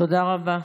תודה רבה.